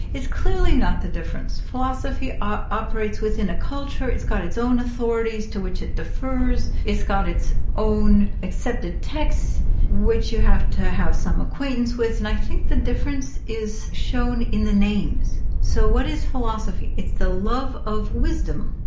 clearly not the difference. philosophy ah operates within a culture. it's got its own authorities to which it defers. it's got its own accepted texts which you have to have some acquaintance with. and i think the difference is shown in the names. so, what is philosophy? it's the love of wisdom.